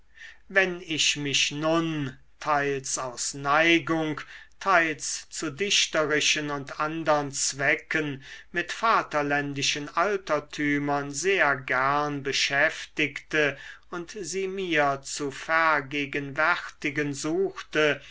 wenn ich mich nun teils aus neigung teils zu dichterischen und andern zwecken mit vaterländischen altertümern sehr gern beschäftigte und sie mir zu vergegenwärtigen suchte